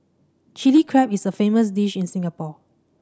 Chilli Crab is a famous dish in Singapore